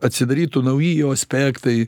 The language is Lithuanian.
atsidarytų nauji jo aspektai